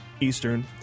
Eastern